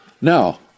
Now